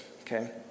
okay